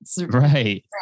Right